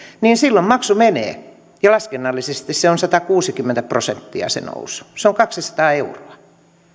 niin silloin maksu menee ja laskennallisesti se nousu on satakuusikymmentä prosenttia se on kaksisataa euroa